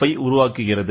F ஐ உருவாக்குகிறது